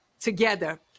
together